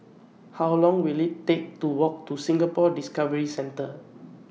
How Long Will IT Take to Walk to Singapore Discovery Centre